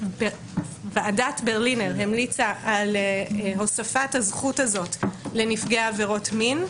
ועדת ברלינר המליצה על הוספת הזכות הזאת לנפגעי עבירות מין,